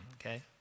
okay